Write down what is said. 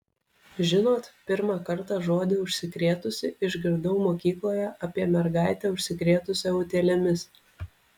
žinot pirmą kartą žodį užsikrėtusi išgirdau mokykloje apie mergaitę užsikrėtusią utėlėmis